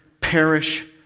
perish